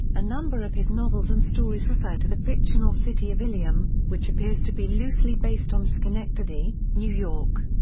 a number of his novels and stories refer to the fictional city of ilium, which appears to be loosely based on schenectady, new york.